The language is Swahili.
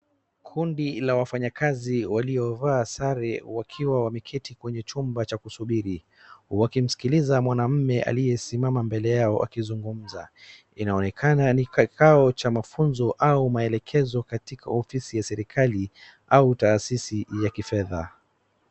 Kundi la wafanyakazi waliovaa sare wakiwa wameketi kwenye chumba cha kusubiri .Wakimsikiliza mwanaume aliyesimama mbele yao akizungumza. Inaonekana ni makao mafunzo wao maelekezo katika ofisi ya serikali au tasisi ya kifedha.